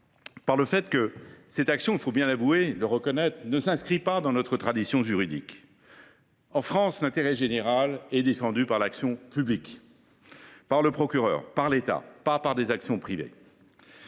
par le fait que cette action – il faut bien le reconnaître – ne s’inscrit pas dans notre tradition juridique : en France, l’intérêt général est défendu par l’action publique, par le procureur, par l’État, et non par des actions privées.